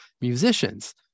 musicians